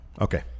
okay